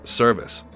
service